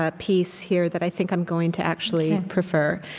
ah piece here that i think i'm going to actually prefer.